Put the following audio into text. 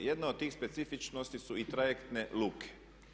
Jedna od tih specifičnosti su i trajektne luke.